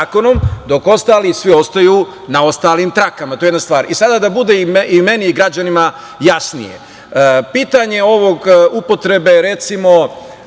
dok ostali svi ostaju na ostalim trakama. To je jedna stvar. Sada, da bude i meni građanima jasnije, pitanje upotrebe recimo